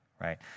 right